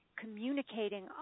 communicating